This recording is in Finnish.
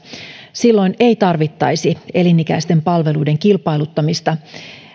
silloin ei tarvittaisi elinikäisten palveluiden kilpailuttamista